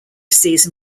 season